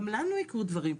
גם לנו יקרו דברים,